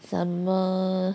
some more